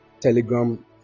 Telegram